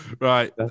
Right